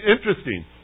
interesting